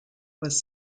was